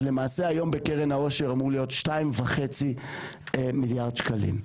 אז למעשה היום בקרן העושר אמור להיות 2.5 מיליארד שקלים.